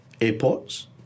airports